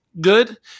good